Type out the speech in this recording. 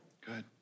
Good